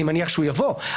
הוא יבוא.